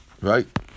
Right